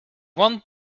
one